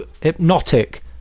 hypnotic